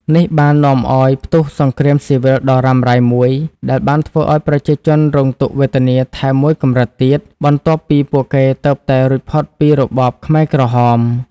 នេះបាននាំឱ្យផ្ទុះសង្គ្រាមស៊ីវិលដ៏រ៉ាំរ៉ៃមួយ ដែលបានធ្វើឱ្យប្រជាជនរងទុក្ខវេទនាថែមមួយកម្រិតទៀត បន្ទាប់ពីពួកគេទើបតែរួចផុតពីរបបខ្មែរក្រហម។